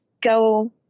go